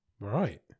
Right